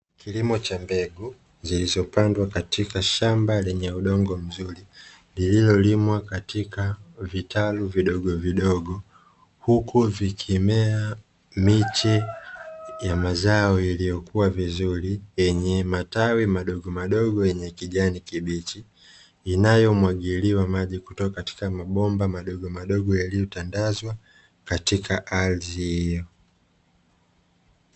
Kilimo cha mbegu, zilizopandwa katika shamba lenye udongo mzuri, lililolimwa katika vitalu vidogovidogo, huku vikimea miche ya mazao yaliyokuwa vizuri yenye matawi madogomadogo yenye kijani kibichi, inayomwagiliwa maji kutoka katika mabomba madogomadogo yaliyotangazwa katika ardhi hiyo.